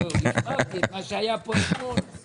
אמרתי את מה שהיה פה אתמול.